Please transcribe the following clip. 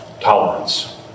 tolerance